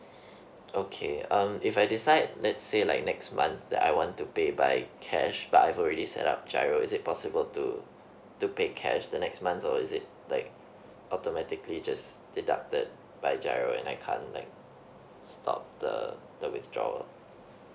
okay um if I decide let's say like next month that I want to pay by cash but I've already set up G_I_R_O is it possible to to pay cash the next month or is it like automatically just deducted by G_I_R_O and I can't like stop the the withdraw